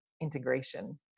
integration